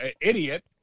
idiot